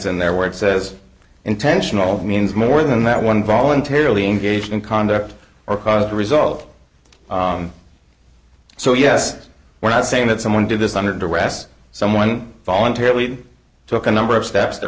and there where it says intentional means more than that one voluntarily engage in conduct or cause the result so yes we're not saying that someone did this under duress someone voluntarily took a number of steps t